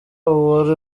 uwari